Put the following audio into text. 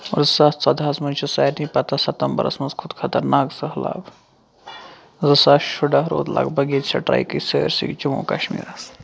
زٕ ساس ژۄدہَس منٛز چھِ سارنی پَتہ سَتمبَرَس منٛز کھۄت خطرناک سٔہلاب زٕ ساس شُراہ روٗد لگ بگ ییٚتہِ سٹرٛایِکٕے سٲرسٕے جموں کشمیٖرَس